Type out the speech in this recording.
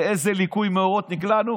לאיזה ליקוי מאורות נקלענו?